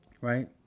Right